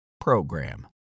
PROGRAM